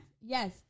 Yes